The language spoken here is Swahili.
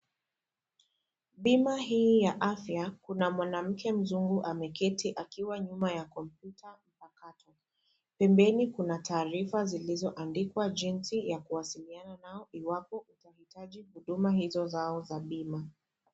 Bima hii ya afya, kuna mwanamke mzungu ameketi akiwa nyuma ya kompiuta mpakato. Pembeni kuna taarifa zilizoandikwa jinsi ya kuwasiliana nao iwapo utahitaji huduma zao za bima.